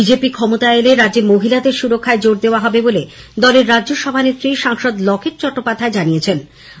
BJP ক্ষমতায় এলে রাজ্যে মহিলাদের সুরক্ষায় জোর দেওয়া হবে বলে দলের রাজ্য সভানেত্রী ও সাংসদ লকেট চট্টোপাধ্যায় জানিয়েছেন